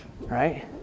Right